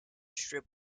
strip